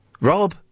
Rob